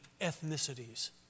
ethnicities